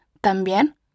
También